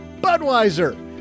Budweiser